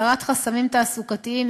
הסרת חסמים תעסוקתיים,